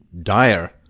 dire